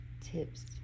tips